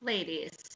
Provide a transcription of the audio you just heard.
Ladies